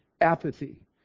Apathy